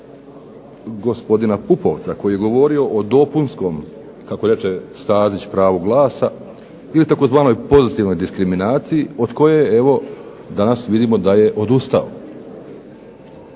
gospodina Pupovca koji je govorio o dopunskom, kako reče Stazić, pravu glasa ili tzv. pozitivnoj diskriminaciji od koje evo danas vidimo da je odustao